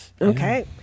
okay